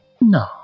No